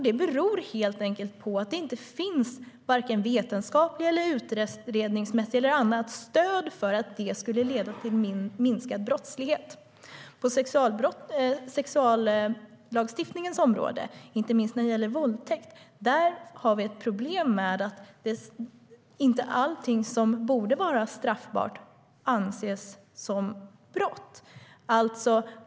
Det beror helt enkelt på att det inte finns vare sig vetenskapligt, utredningsmässigt eller annat stöd för att det skulle leda till minskad brottslighet. På sexuallagstiftningens område, inte minst när det gäller våldtäkt, har vi ett problem med att inte allt som borde vara straffbart anses som brott.